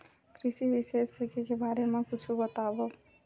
कृषि विशेषज्ञ के बारे मा कुछु बतावव?